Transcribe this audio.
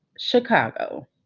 Chicago